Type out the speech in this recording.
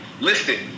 Listed